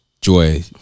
joy